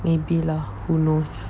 maybe lah who knows